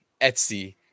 etsy